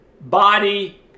body